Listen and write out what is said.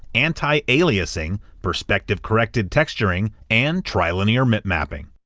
anti-aliasing, perspective-corrected texturing, and tri-linear mip-mapping,